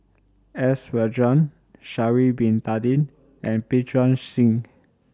S Sha'Ari Bin Tadin and Pritam Singh